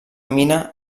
mina